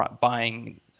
buying